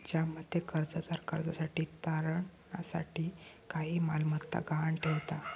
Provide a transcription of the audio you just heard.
ज्यामध्ये कर्जदार कर्जासाठी तारणा साठी काही मालमत्ता गहाण ठेवता